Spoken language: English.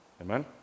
Amen